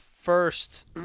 first –